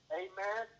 amen